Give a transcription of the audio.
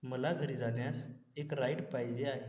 मला घरी जाण्यास एक राइड पाहिजे आहे